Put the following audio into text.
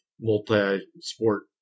multi-sport